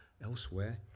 elsewhere